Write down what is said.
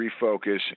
refocus